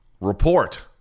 Report